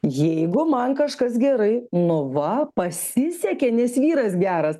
jeigu man kažkas gerai nu va pasisekė nes vyras geras